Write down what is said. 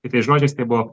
kitais žodžiais tai buvo